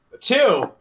two